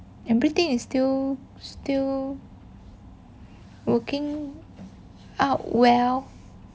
everything is still still working out well